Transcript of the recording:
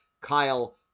Kyle